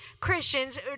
Christians